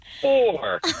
four